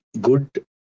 good